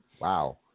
Wow